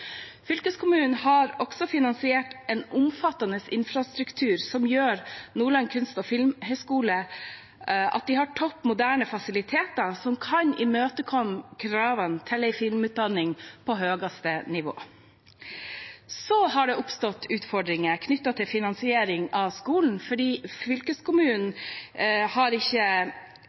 Fylkeskommunen har også finansiert en omfattende infrastruktur som gjør at Nordland kunst- og filmhøgskole har topp moderne fasiliteter som kan imøtekomme kravene til en filmutdanning på høyeste nivå. Så har det oppstått utfordringer knyttet til finansiering av skolen fordi fylkeskommunen ikke har